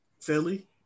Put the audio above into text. Philly